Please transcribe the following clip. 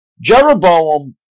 Jeroboam